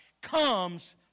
comes